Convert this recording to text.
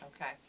Okay